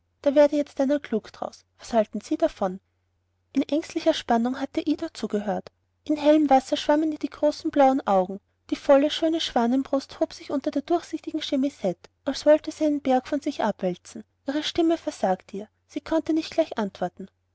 da werde jetzt einer klug daraus was halten sie davon in ängstlicher spannung hatte ida zugehört in hellem wasser schwammen ihr die großen blauen augen die volle schöne schwanenbrust hob sich unter der durchsichtigen chemisette als wolle sie einen berg von sich abwälzen die stimme versagte ihr sie konnte nicht gleich antworten